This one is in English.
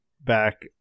back